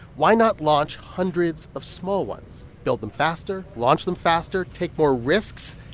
why not launch hundreds of small ones? build them faster, launch them faster, take more risks.